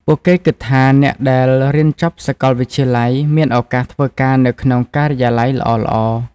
ពួកគេគិតថាអ្នកដែលរៀនចប់សាកលវិទ្យាល័យមានឱកាសធ្វើការនៅក្នុងការិយាល័យល្អៗ។